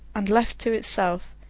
and left to itself,